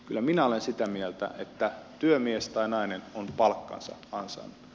kyllä minä olen sitä mieltä että työmies tai nainen on palkkansa ansainnut